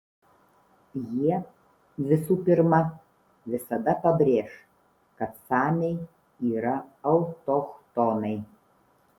jie visų pirma visada pabrėš kad samiai yra autochtonai